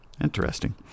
Interesting